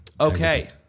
Okay